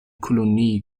kolonie